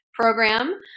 program